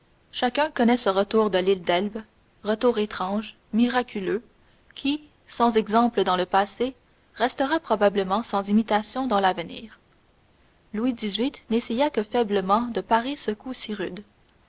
chacun connaît ce retour de l'île d'elbe retour étrange miraculeux qui sans exemple dans le passé restera probablement sans imitation dans l'avenir louis xviii n'essaya que faiblement de parer ce coup si rude